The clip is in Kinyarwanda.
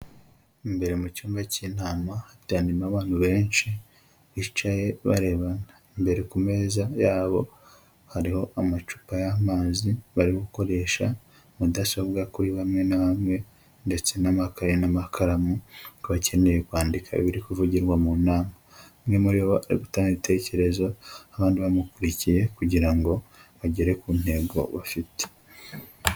Imbere mu cyumba cy'inama, hateraniyemo abantu benshi, bicaye barebana. Imbere ku meza yabo hariho amacupa y'amazi, bari gukoresha mudasobwa kuri bamwe na bamwe, ndetse n'amakaye n'amakaramu ku bakeneye kwandika ibiri kuvugirwa mu nama. Umwe muri bo ari gutanga itekerezo, abandi bamukurikiye, kugira ngo bagere ku ntego bafite.